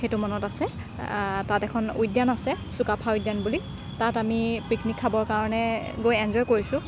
সেইটো মনত আছে তাত এখন উদ্যান আছে চুকাফা উদ্যান বুলি তাত আমি পিকনিক খাবৰ কাৰণে গৈ এঞ্জয় কৰিছোঁ